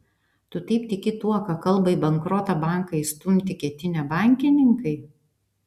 tu taip tiki tuo ką kalba į bankrotą banką įstumti ketinę bankininkai